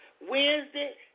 Wednesday